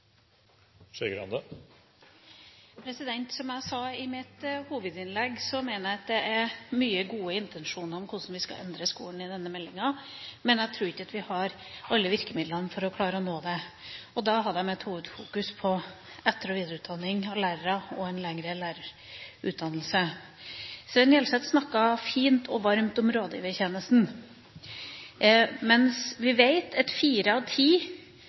i denne meldinga for hvordan vi skal endre skolen, men jeg tror ikke vi har alle virkemidlene for å klare å nå dem. Derfor hadde jeg mitt hovedfokus på etter- og videreutdanning av lærere og en lengre lærerutdannelse. Svein Gjelseth snakket fint og varmt om rådgivertjenesten, men vi vet at fire av ti